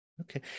Okay